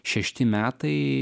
šešti metai